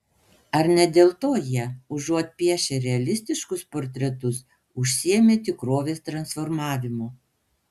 ar ne dėl to jie užuot piešę realistiškus portretus užsiėmė tikrovės transformavimu